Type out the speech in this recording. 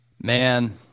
Man